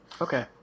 Okay